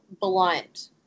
blunt